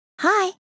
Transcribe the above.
Hi